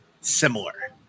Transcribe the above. similar